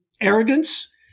arrogance